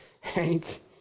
Hank